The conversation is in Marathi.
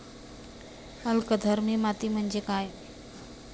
अल्कधर्मी माती म्हणजे काय?